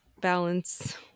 balance